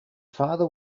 father